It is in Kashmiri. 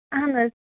اہن حظ